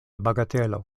bagatelo